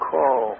Call